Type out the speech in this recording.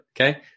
okay